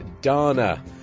Dana